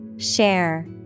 Share